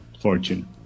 fortune